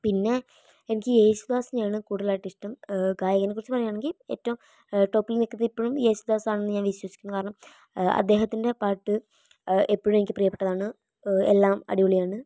പിന്നെ എനിക്ക് യേശുദാസിനെയാണ് കൂടുതലായിട്ട് ഇഷ്ടം ഗായകനെക്കുറിച്ച് പറയുകയാണെങ്കിൽ ഏറ്റവും ടോപ്പിൽ നിൽക്കുന്നത് ഇപ്പോഴും യേശുദാസാണെന്ന് ഞാൻ വിശ്വസിക്കുന്നു കാരണം അദ്ദേഹത്തിന്റെ പാട്ട് എപ്പോഴും എനിക്ക് പ്രിയപ്പെട്ടതാണ് എല്ലാം അടിപൊളി ആണ്